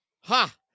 Ha